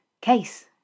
Case